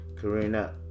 Karina